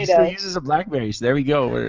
yeah uses a blackberry so there we go.